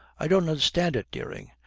i don't understand it, dering.